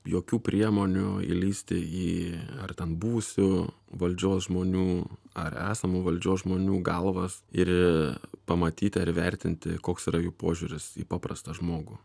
jokių priemonių įlįsti į ar ten buvusių valdžios žmonių ar esamų valdžios žmonių galvas ir pamatyti ar vertinti koks yra jų požiūris į paprastą žmogų